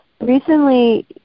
recently